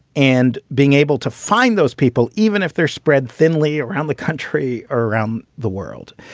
and being able to find those people, even if they're spread thinly around the country or around the world,